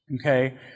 Okay